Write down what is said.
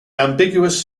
ambiguous